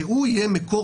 שיהיה מקור